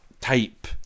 type